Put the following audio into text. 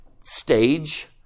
stage